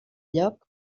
lloc